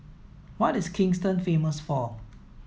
what is Kingston famous for